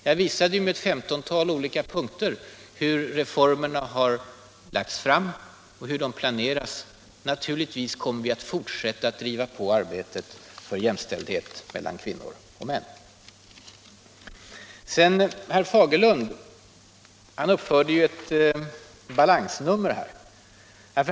Jag visade med ett femtontal olika punkter hur förslagen har lagts fram och hur reformerna planeras. Naturligtvis kommer vi att fortsätta att driva på arbetet för jämställdhet mellan kvinnor och män. Herr Fagerlund uppförde ett balansnummer.